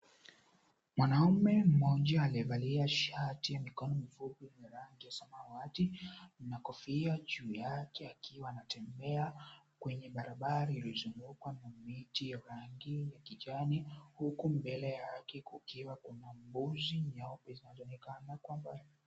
Mwanaumevmmoja aliyevalia shati yenye mikono mifupi ya rangi ya samawati na kofia juu yake akiwa anatembea kwenye barabara iliyozungukwa na miti ya rangi ya kijani, huku mbele yake kukiwa na mbuzi nyeupe zinazoonekana kwa mbali.